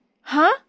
Huh